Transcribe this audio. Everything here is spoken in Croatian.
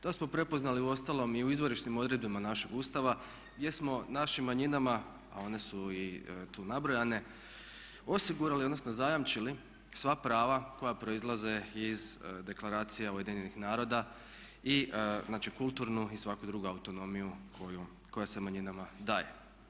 To smo prepoznali uostalom i u izvorišnim odredbama našeg Ustava gdje smo našim manjinama a one su i tu nabrojane, osigurali odnosno zajamčili sva prava koja proizlaze iz Deklaracije Ujedinjenih naroda, znači kulturnu i svaku drugu autonomiju koja se manjinama daje.